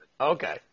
Okay